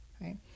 Right